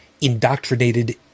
indoctrinated